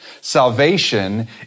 Salvation